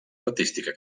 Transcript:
artística